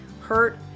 hurt